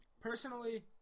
Personally